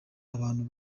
abantu